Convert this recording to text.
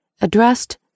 Addressed